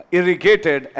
irrigated